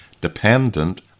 dependent